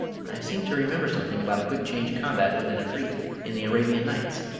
i seem to remember something about a quick-change combat with an efreet in the arabian nights.